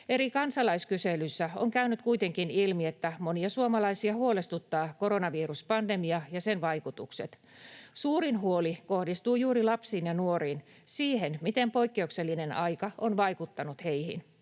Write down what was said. Eri kansalaiskyselyissä on käynyt kuitenkin ilmi, että koronaviruspandemia ja sen vaikutukset huolestuttavat monia suomalaisia. Suurin huoli kohdistuu juuri lapsiin ja nuoriin, siihen, miten poikkeuksellinen aika on vaikuttanut heihin.